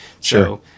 Sure